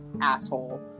asshole